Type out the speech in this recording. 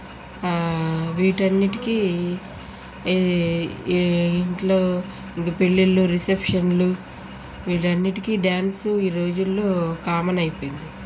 వీటన్నిటికీ ఇంట్లో ఇక పెళ్ళిళ్ళు రిసెప్షన్లు వీటన్నిటికీ డ్యాన్సు ఈ రోజుల్లో కామన్ అయిపోయింది